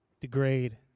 degrade